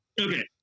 okay